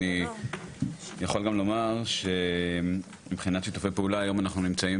אני יכול גם לומר שמבחינת שיתופי פעולה היום אנחנו נמצאים